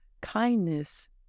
Kindness